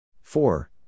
four